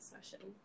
session